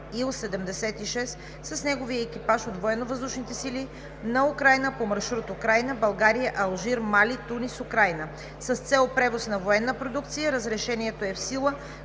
Ил-76 с неговия екипаж от Военновъздушните сили на Украйна по маршрут Украйна – България – Алжир – Мали – Тунис – Украйна, с цел превоз на военна продукция. Разрешението е в сила